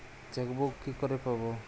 Chequebook কি করে পাবো?